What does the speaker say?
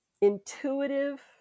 intuitive